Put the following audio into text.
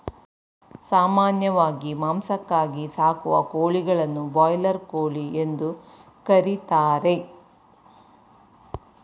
ಸಾಮಾನ್ಯವಾಗಿ ಮಾಂಸಕ್ಕಾಗಿ ಸಾಕುವ ಕೋಳಿಗಳನ್ನು ಬ್ರಾಯ್ಲರ್ ಕೋಳಿ ಎಂದು ಕರಿತಾರೆ